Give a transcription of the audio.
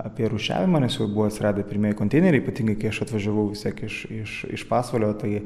apie rūšiavimą nes jau buvo atsiradę pirmieji konteineriai ypatingai kai aš atvažiavau vis tiek iš iš iš pasvalio tai